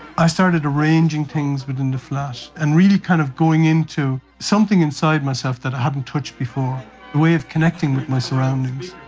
i started arranging things within the flat and really kind of going into something inside myself that i hadn't touched before, a way of connecting with my surroundings.